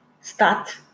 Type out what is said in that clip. start